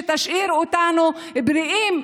שתשאיר אותנו בריאים,